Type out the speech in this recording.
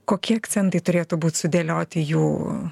kokie akcentai turėtų būt sudėlioti jų